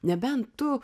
nebent tu